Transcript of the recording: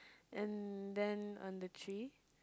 and then on the tree